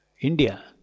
India